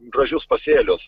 gražius pasėlius